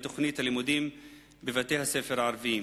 מתוכנית הלימודים בבתי-הספר הערביים.